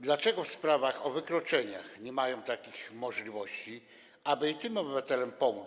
Dlaczego w sprawach o wykroczenia nie mają takich możliwości, aby i tym obywatelom pomóc?